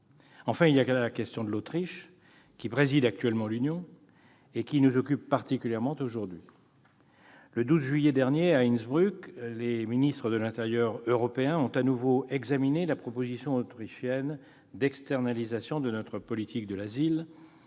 Enfin, il y a la question de l'Autriche, qui préside actuellement l'Union. Le 12 juillet dernier, à Innsbruck, les ministres de l'intérieur européens ont de nouveau examiné la proposition autrichienne d'externalisation de notre politique de l'asile,